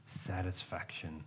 satisfaction